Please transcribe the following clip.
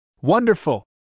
Wonderful